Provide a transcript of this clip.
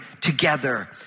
together